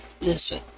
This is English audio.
listen